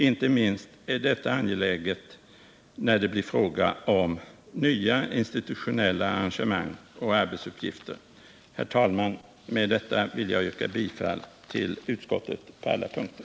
Inte minst är detta angeläget när det blir fråga om nya institutionella engagemang och arbetsuppgifter. Herr talman! Med detta vill jag yrka bifall till utskottets förslag på alla punkter.